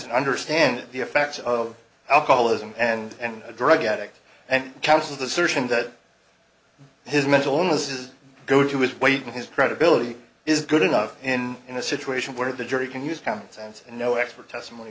and understand the effects of alcoholism and drug addict and counsels the surgeon that his mental illnesses go to his weight and his credibility is good enough in in a situation where the jury can use common sense and no expert testimony